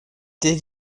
did